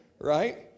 right